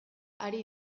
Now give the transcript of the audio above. ari